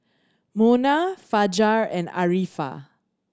Munah Fajar and Arifa